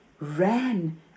ran